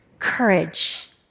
courage